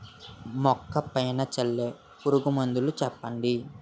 మొక్క పైన చల్లే పురుగు మందులు చెప్పండి?